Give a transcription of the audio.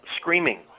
screaming